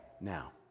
Now